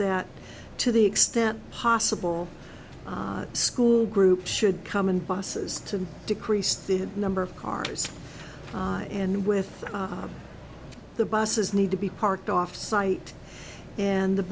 that to the extent possible school groups should come in buses to decrease the number of cars and with the buses need to be parked off site and the